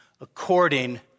according